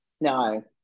No